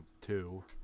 two